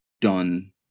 done